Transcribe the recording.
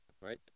Right